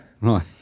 Right